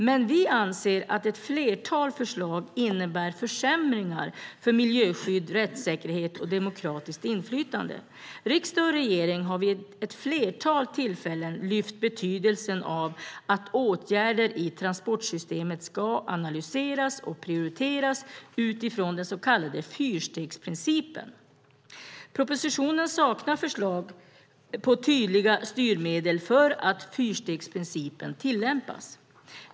Men vi anser att ett flertal förslag innebär försämringar för miljöskydd, rättssäkerhet och demokratiskt inflytande. Riksdag och regering har vid ett flertal tillfällen lyft fram betydelsen av att åtgärder i transportsystemet analyseras och prioriteras utifrån den så kallade fyrstegsprincipen. Propositionen saknar förslag på tydliga styrmedel för att fyrstegsprincipen ska tillämpas.